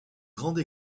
grande